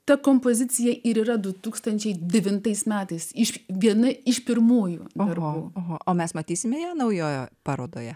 ta kompozicija ir yra du tūkstančiai devintais iš viena iš pirmųjų o mes matysime ją naujojoje parodoje